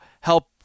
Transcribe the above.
help